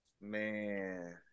Man